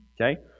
Okay